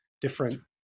different